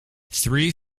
three